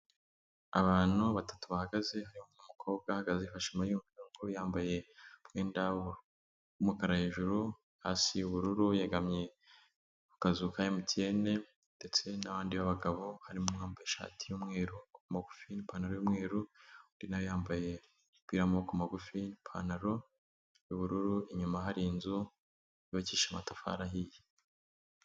Abantu batatu bahagaze harimo umukobwa uhagaze wifashe mu mayunguyungu yambaye umwenda w'umukara hejuru, hasi ubururu, yegamye ku kazu ka MTN ndetse n'abandi bagabo harimo uwambaye ishati y'umweru y'amaboko magufi n'ipantaro y'ubururu undi nawe yambaye umupira w'amoboko magufi n'ipantaro y'ubururu inyuma hari inzu yubakisha amatafari ahiye.